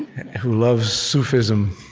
who loves sufism